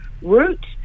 route